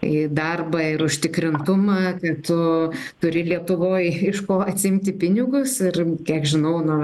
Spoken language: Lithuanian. į darbą ir užtikrintumą kai tu turi lietuvoj iš ko atsiimti pinigus ir kiek žinau na